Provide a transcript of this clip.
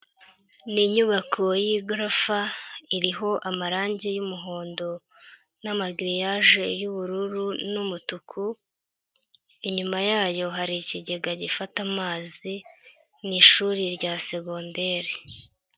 Ni inyubako yigorofa iriho amarange y'umuhondo n'amagiriyaje y'ubururu n'umutuku, inyuma yayo hari ikigega gifata amazi ni ishuri rya segonderi.